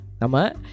Nama